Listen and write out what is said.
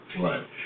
right